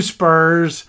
Spurs